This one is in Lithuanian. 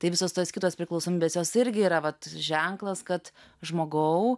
tai visos tos kitos priklausomybės jos irgi yra vat ženklas kad žmogau